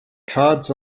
cards